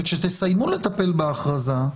וכשתסיימו לטפל בהכרזה,